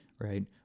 Right